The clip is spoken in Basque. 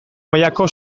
mailako